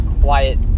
quiet